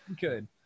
good